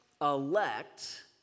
elect